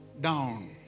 down